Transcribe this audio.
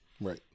Right